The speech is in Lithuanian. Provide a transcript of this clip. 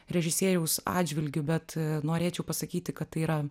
režisieriaus atžvilgiu bet norėčiau pasakyti kad tai yra